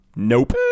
Nope